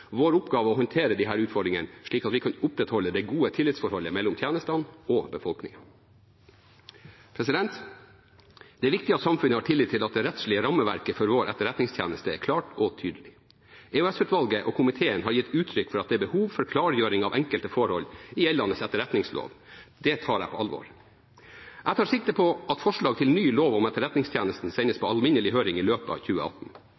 vår oppgave å håndtere disse utfordringene slik at vi kan opprettholde det gode tillitsforholdet mellom tjenestene og befolkningen. Det er viktig at samfunnet har tillit til at det rettslige rammeverket for vår etterretningstjeneste er klart og tydelig. EOS-utvalget og komiteen har gitt uttrykk for at det er behov for klargjøring av enkelte forhold i gjeldende etterretningslov. Det tar jeg på alvor. Jeg tar sikte på at forslag til ny lov om etterretningstjenesten sendes på alminnelig høring i løpet av 2018.